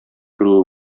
керүе